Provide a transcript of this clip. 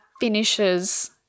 finishes-